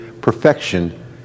perfection